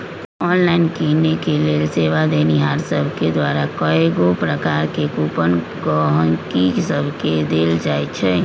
online किनेके लेल सेवा देनिहार सभके द्वारा कएगो प्रकार के कूपन गहकि सभके देल जाइ छइ